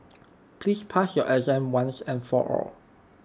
please pass your exam once and for all